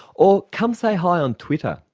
or come say hi on twitter,